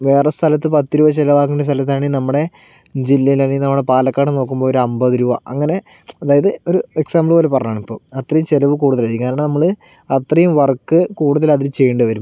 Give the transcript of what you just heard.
വെറേ സ്ഥലത്ത് പത്തു രൂപ ചിലവാക്കേണ്ട സ്ഥലത്താണേ നമ്മുടെ ജില്ലയിൽ അല്ലേ നമ്മുടെ പാലക്കാട് നോക്കുമ്പോൾ ഒരു അമ്പതു രൂപ അങ്ങനെ അതായത് ഒരു എക്സാമ്പിൾ പോലെ പറഞ്ഞതാണിപ്പോൾ അത്രയും ചിലവു കൂടുതലായിരിക്കും കാരണം നമ്മൾ അത്രയും വര്ക്ക് കൂടുതലതില് ചെയ്യേണ്ടി വരും